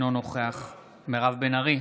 אינו נוכח מירב בן ארי,